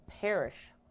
perish